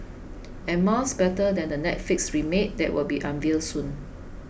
and miles better than the Netflix remake that will be unveiled soon